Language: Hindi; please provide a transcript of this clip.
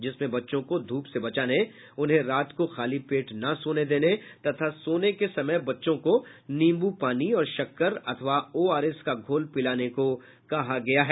जिसमें बच्चों को धूप से बचाने उन्हें रात को खाली पेट न सोने देने तथा सोने के समय बच्चों को नींबू पानी और शक्कर अथवा ओआरएस का घोल पिलाने को कहा है